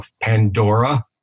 pandora